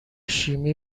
شیمی